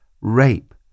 rape